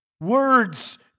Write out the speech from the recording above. Words